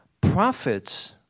prophets